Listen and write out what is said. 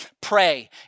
pray